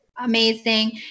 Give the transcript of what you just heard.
amazing